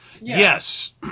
Yes